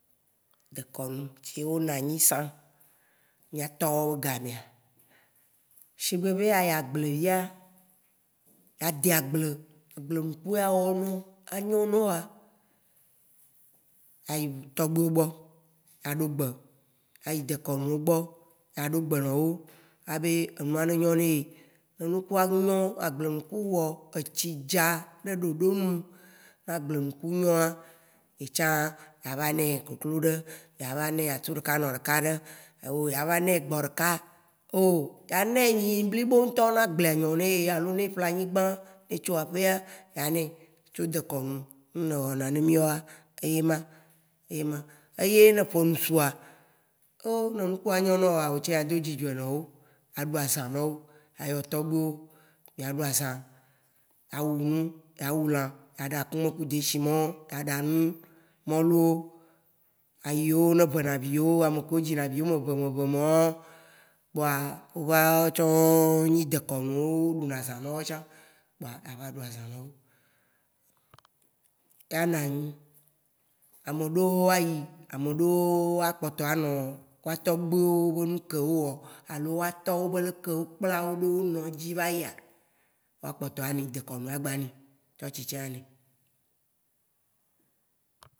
Dékɔnu tsiwo nanyi sã, mia tɔwo gamea, shigbé be ayi agblé via, ade aglé, aglé nukuwo a wɔ nɔaoa, a nyɔ nɔwoa, a yi ʋu tɔgbewo gbɔ, a ɖo gbe. A yi dékɔnuwo gbɔ, a ɖo gbe nɔwo a bé, énua né nyo ne yé. Né, nukua nyɔ̃, agble nuku wɔ, étsi dza ɖe ɖoɖonu, né agblé nuku nyɔ̃a, ye tsã ya va nɛ kokloɖe. Ya va nɛ atsu ɖéka nɔ ɖeka ɖe. O ya va nɛ gbɔ ɖeka ɖe, o, ya va nɛ ényi blibo ŋ'tɔ né agbléa nyɔ̃ neye alo ne yé ƒlé anyigba e tso aƒea, ya nɛ. Tso dékɔnu, nuyi ne be wɔna ne mia, éyé mã ema. Eyé ne eƒenu sũa, oh! né nukua nyo na woa, otsã, a do dzidzɔ na wo. A ɖu azã nawò. A yɔ togbuiwo mia ɖu azã. A wu nu, a wu lã, a ɖa kumɛ ku desi mawo, a ɖa nu molu, ayiwo, né venaviwo, ame keo dzi venaviwo omeve omeve mao kpoa, wa tsã nyi dékɔnuwo wo ɖuna azã né watsã. Kpoa a va ɖu azã nawò, ye ana nu. Ameaɖewo a yi, ameaɖewo a kpɔtɔ anɔ wòa togbuiwo be nu ke o wɔ, alo woa tɔwo be le ke o kplawo be o nɔ dzi vayia, woa kpɔtɔ ani, dékɔnu a gba ni, tsɔtsi tsa a li.